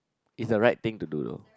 is the right thing to do no